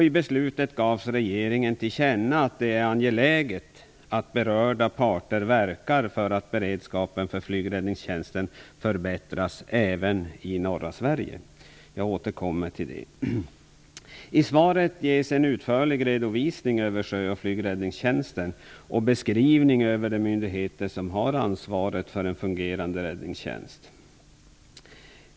I beslutet gavs regeringen till känna att det är angeläget att berörda parter verkar för att beredskapen för flyg och räddningstjänsten förbättras även i norra Sverige. Jag återkommer till det. I svaret ges en utförlig redovisning av sjö och flygräddningstjänsten och det görs en beskrivning av de myndigheter som har ansvaret för en fungerande räddningstjänst.